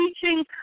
teaching